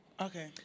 Okay